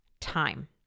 time